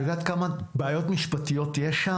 את יודעת כמה בעיות משפטיות יש?